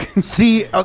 See